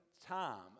time